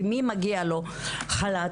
ומי מגיע לו חל"ת,